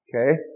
okay